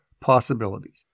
possibilities